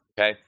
okay